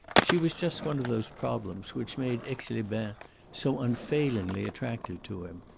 she was just one of those problems which made aix-les-bains so unfailingly attractive to him.